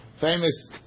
famous